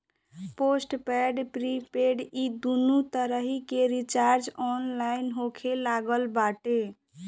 postpaid prepaid इ दूनो तरही के रिचार्ज ऑनलाइन होखे लागल बाटे